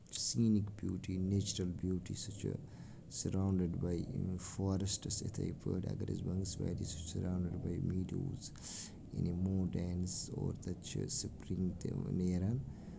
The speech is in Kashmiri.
سیٖنِک بیوٹی نیچرل بیوٹی سُہ چھُ سَرونڈٕڑ باے فاریسٹٕس یِتھے پٲٹھۍ اَگر أسۍ بنگس ویلی سُہ چھُ سَرونڈڑ باے میٖڑوز یعنی موٹینٕز اور تَتہِ چھِ سُپرِنگ تہِ نیران